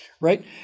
right